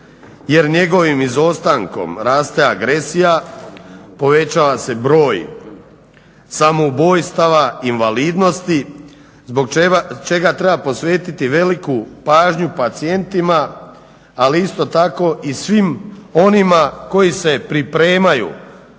jer njegovim izostankom raste agresija, povećava se broj samoubojstava, invalidnosti, zbog čega treba posvetiti veliku pažnju pacijentima, ali isto tako i svim onima koji se pripremaju